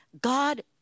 God